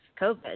COVID